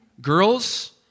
Girls